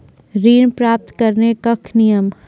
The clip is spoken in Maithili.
ऋण प्राप्त करने कख नियम?